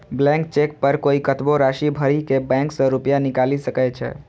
blank cheque पर कोइ कतबो राशि भरि के बैंक सं रुपैया निकालि सकै छै